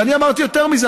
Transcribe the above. ואני אמרתי יותר מזה,